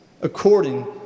according